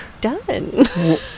Done